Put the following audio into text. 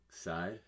side